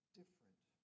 different